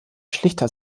schlichter